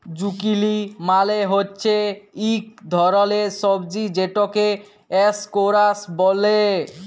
zucchini মালে হচ্যে ইক ধরলের সবজি যেটকে ইসকোয়াস ব্যলে